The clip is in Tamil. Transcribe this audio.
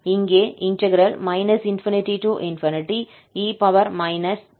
இங்கே ∞e kt2 ixad∝ உள்ளது